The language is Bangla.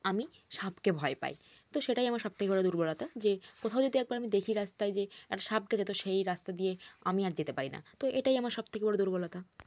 আমি সাপকে ভয় পাই তো সেটাই আমার সবথেকে বড় দুর্বলতা যে কোথাও যদি একবার আমি দেখি রাস্তায় যে একটা সাপকে যেতে সেই রাস্তা দিয়ে আমি আর যেতে পারি না তো এটাই আমার সবথেকে বড় দুর্বলতা